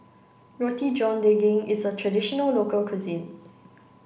Roti John Daging is a traditional local cuisine